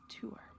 tour